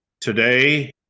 Today